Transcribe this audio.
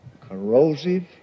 corrosive